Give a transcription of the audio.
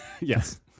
Yes